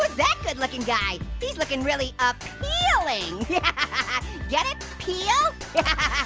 but that good looking guy? he's looking really appealing. yeah get it? peel. yeah